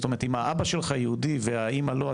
זאת אומרת אם האבא שלך יהודי והאימא לא,